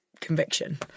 Conviction